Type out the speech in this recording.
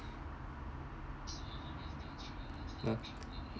ah